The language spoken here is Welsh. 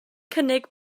cynnig